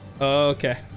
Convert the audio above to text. Okay